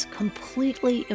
completely